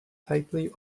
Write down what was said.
tightly